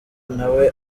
nawe